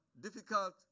difficult